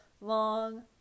long